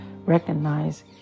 recognize